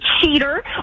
cheater